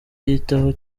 yitaho